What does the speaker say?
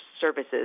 services